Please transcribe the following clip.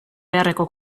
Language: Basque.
beharreko